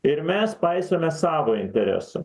ir mes paisome savo interesų